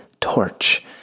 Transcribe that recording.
torch